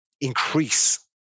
increase